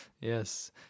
yes